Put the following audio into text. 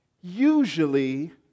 usually